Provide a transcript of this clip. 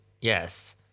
Yes